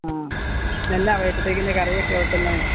ആ ഇന്നെന്താണ് വൈകിട്ടത്തേക്കിന്ന് കറിയൊക്കെ വെയ്ക്കുന്നത്